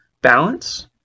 balance